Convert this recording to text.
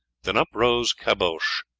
then up rose caboche,